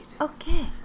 Okay